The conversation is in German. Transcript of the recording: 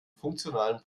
funktionalen